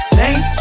name